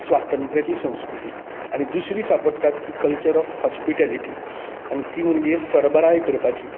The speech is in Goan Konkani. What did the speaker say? स्वातंत्र्याची संस्कृती आनी दुसरी सापडटा ती कल्चर ऑफ हॉस्पीटलिटी आनी ती म्हणजे सरबराय करपाची